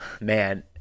Man